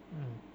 mm